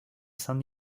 saint